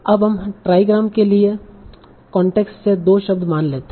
अब हम ट्राईग्राम के लिए कांटेक्स्ट से 2 शब्द मान लेते हैं